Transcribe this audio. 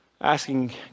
asking